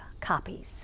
copies